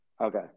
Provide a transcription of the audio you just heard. Okay